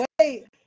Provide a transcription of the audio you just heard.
wait